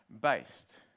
based